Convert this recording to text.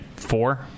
four